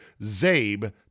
ZABE